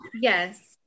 Yes